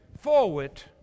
forward